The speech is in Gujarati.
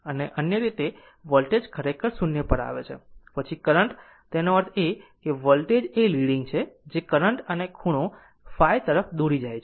અથવા અન્ય રીતે વોલ્ટેજ ખરેખર 0 પર આવે છે પછી કરંટ તેનો અર્થ એ કે વોલ્ટેજ એ લીડીંગ છે જે કરંટ અને આ ખૂણો ϕ તરફ દોરી જાય છે